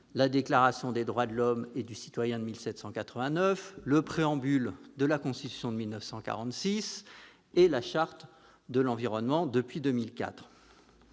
la Déclaration des droits de l'homme et du citoyen du 26 août 1789, le préambule de la Constitution de 1946 et la Charte de l'environnement de 2004.